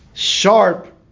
Sharp